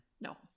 no